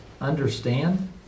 understand